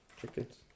chickens